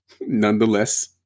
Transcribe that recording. nonetheless